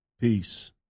Peace